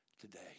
today